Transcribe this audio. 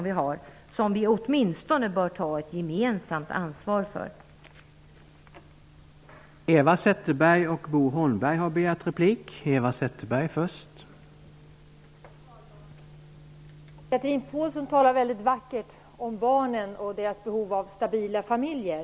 Vi bör åtminstone ta ett gemensamt ansvar för den.